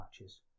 matches